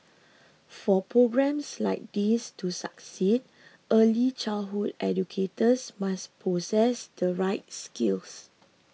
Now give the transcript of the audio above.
for programmes like these to succeed early childhood educators must possess the right skills